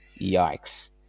Yikes